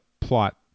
plot